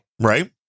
right